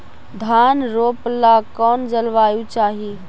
धान रोप ला कौन जलवायु चाही?